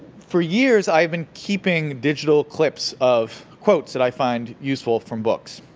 for years, i've been keeping digital clips of quotes that i find useful from books,